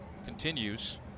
continues